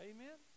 Amen